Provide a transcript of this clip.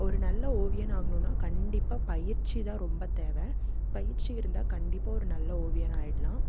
ஒரு நல்ல ஓவியன் ஆகுணும்ன்னா கண்டிப்பாக பயிற்சி தான் ரொம்ப தேவை பயிற்சி இருந்தா கண்டிப்பாக ஒரு நல்ல ஓவியன் ஆயிடலாம்